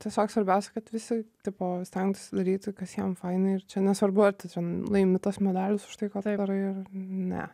tiesiog svarbiausia kad visi tipo stengtųsi daryti kas jiem faina ir čia nesvarbu ar tu ten laimi tuos medalius už tai ką tu darai ar ne